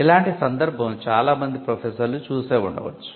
ఇలాంటి సందర్భం చాలా మంది ప్రొఫెసర్లు చూసే ఉండవచ్చు